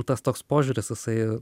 tas toks požiūris jisai